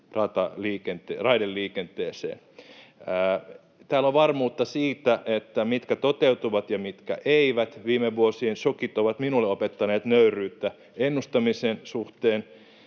raideliikenteeseen. Täällä on varmuutta siitä, mitkä toteutuvat ja mitkä eivät. Viime vuosien shokit ovat minulle opettaneet nöyryyttä ennustamisen suhteen,